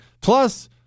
Plus